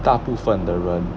大部份的人